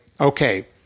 Okay